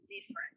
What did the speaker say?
different